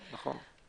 חד משמעית.